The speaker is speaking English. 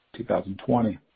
2020